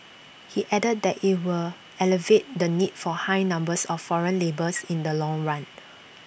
he added that IT will alleviate the need for high numbers of foreign labours in the long run